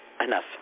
enough